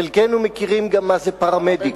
חלקנו מכירים גם מה זה פרמדיק.